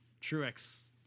Truex